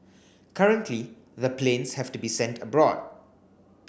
currently the planes have to be sent abroad